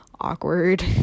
awkward